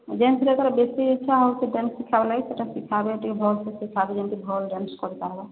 ଡ୍ୟାନ୍ସରେ ତା'ର ବେଶି ଇଚ୍ଛା ହେଉଛେ ଡ୍ୟାନ୍ସ ଶିଖିବାର୍ ଲାଗି ସେଟା ଶିଖାବେ ଟିକେ ଭଲ୍ସେ ଶିଖାବେ ଯେମିତି ଭଲ୍ ଡ୍ୟାନ୍ସ କରିପାରିବ